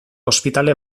ospitale